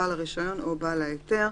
בעל הרישיון או בעל ההיתר.